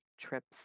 trips